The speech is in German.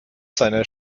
seiner